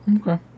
okay